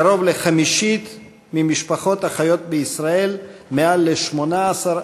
קרוב לחמישית מהמשפחות החיות בישראל, יותר מ-18%.